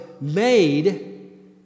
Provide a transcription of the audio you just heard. made